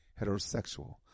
heterosexual